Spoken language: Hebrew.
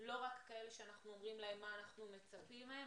לא רק כאלה שאנחנו אומרים להם מה אנחנו מצפים מהם,